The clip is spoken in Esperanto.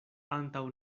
antaŭ